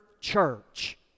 church